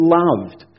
loved